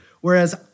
Whereas